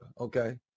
okay